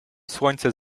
słońce